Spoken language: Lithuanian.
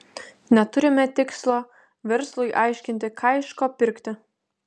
neturime tikslo verslui aiškinti ką iš ko pirkti